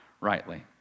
rightly